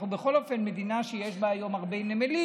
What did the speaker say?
אנחנו בכל אופן מדינה שיש בה היום הרבה נמלים.